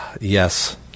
Yes